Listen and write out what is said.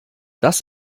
das